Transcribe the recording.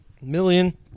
million